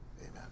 Amen